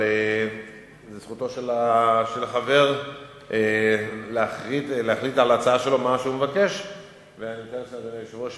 אבל זו זכותו של החבר להחליט מה הוא מבקש לגבי ההצעה שלו.